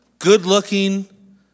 good-looking